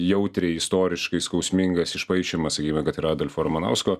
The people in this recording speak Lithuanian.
jautriai istoriškai skausmingas išpaišymas sakykime kad ir adolfo ramanausko